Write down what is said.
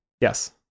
Yes